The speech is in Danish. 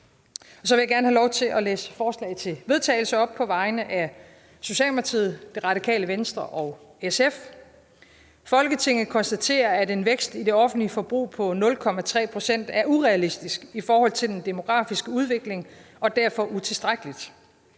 Så vil jeg gerne have lov til at læse et forslag til vedtagelse op på vegne af Socialdemokratiet, Det Radikale Venstre og SF: Forslag til vedtagelse »Folketinget konstaterer, at en vækst i det offentlige forbrug på 0,3 pct. er urealistisk i forhold til den demografiske udvikling og derfor utilstrækkelig,